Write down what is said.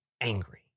angry